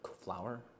flour